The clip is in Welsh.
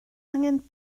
angen